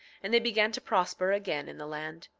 and they began to prosper again in the land.